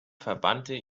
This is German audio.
verbannte